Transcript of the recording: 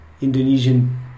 Indonesian